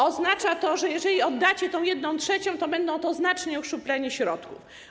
Oznacza to, że jeżeli oddacie tę jedną trzecią, to będzie to znaczne uszczuplenie środków.